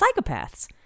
Psychopaths